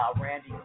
Randy